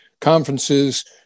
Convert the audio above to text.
conferences